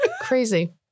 Crazy